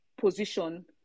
position